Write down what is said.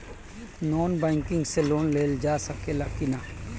Non banking से loan लेल जा ले कि ना?